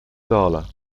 dála